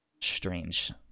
strange